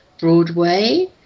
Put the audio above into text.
Broadway